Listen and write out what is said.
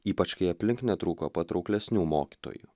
ypač kai aplink netrūko patrauklesnių mokytojų